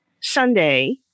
Sunday